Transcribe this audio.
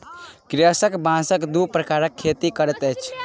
कृषक बांसक दू प्रकारक खेती करैत अछि